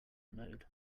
mode